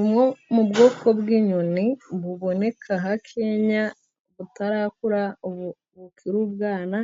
Ubu ni bwoko bw'inyoni buboneka hakeya, butarakura bukiri ubwana